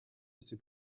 était